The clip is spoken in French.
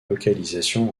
localisation